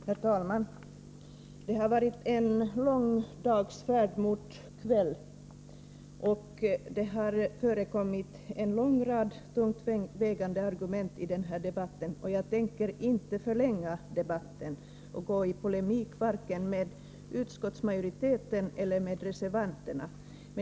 Herr talman! Det har varit en lång dags färd mot kväll. Det har förekommit en lång rad tungt vägande argument i den här debatten. Jag tänker inte förlänga den genom att gå i polemik vare sig med representanter för utskottsmajoriteten eller med reservanterna.